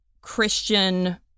Christian